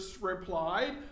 replied